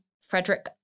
Frederick